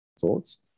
thoughts